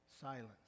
silence